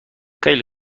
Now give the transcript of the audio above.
خیلی